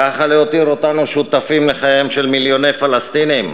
ככה להותיר אותנו שותפים לחייהם של מיליוני פלסטינים.